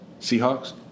Seahawks